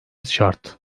şart